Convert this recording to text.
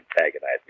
antagonize